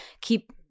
keep